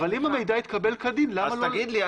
אבל אם המידע התקבל כדין למה לא --- אז תגיד לי,